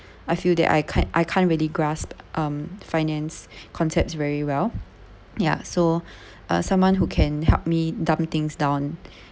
I feel that I can't I can't really grasp um finance concepts very well ya so uh someone who can help me dumb things down